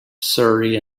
surrey